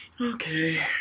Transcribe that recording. Okay